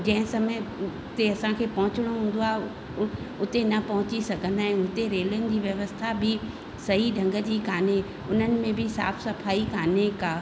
जंहिं समय जीअं असांखे पहुचणो हूंदो आहे उ उते न पहुची सघंदा आहियूं हुते रेलिंग जी व्यवस्था बि सही ढंग जी काने उन्हनि में बि साफ़ु सफ़ाई काने का